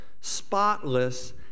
spotless